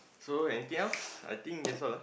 so anything else I think that's all ah